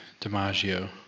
DiMaggio